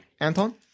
Anton